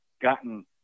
gotten